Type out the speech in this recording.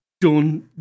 done